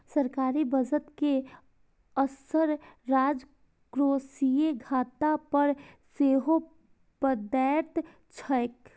सरकारी बजट के असर राजकोषीय घाटा पर सेहो पड़ैत छैक